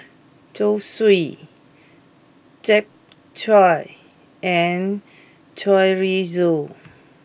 Zosui Japchae and Chorizo